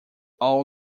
all